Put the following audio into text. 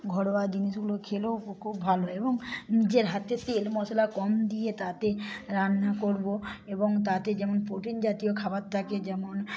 ঘরোয়া জিনিসগুলো খেলেও খুব ভালো এবং নিজের হাতে তেল মশলা কম দিয়ে তাতে রান্না করব এবং তাতে যেমন প্রোটিন জাতীয় খাবার থাকে যেমন